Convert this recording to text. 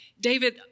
David